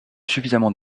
suffisamment